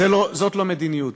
זאת לא מדיניות.